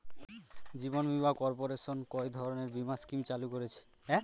জীবন বীমা কর্পোরেশন কয় ধরনের বীমা স্কিম চালু করেছে?